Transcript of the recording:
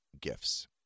gifts